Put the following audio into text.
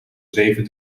zeven